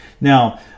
Now